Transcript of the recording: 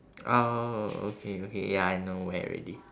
oh okay okay ya I know where already